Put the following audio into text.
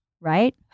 right